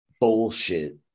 bullshit